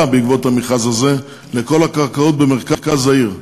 בעקבות המכרז הזה לכל הקרקעות במרכז העיר,